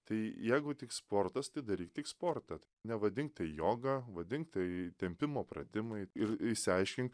tai jeigu tik sportas tai daryk tik sportat nevadink tai joga vadink tai tempimo pratimai ir išsiaiškink